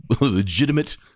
Legitimate